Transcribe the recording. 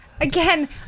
Again